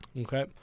Okay